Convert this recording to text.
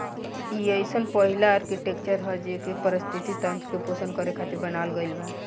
इ अइसन पहिला आर्कीटेक्चर ह जेइके पारिस्थिति तंत्र के पोषण करे खातिर बनावल गईल बा